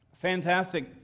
Fantastic